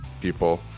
people